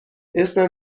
اسم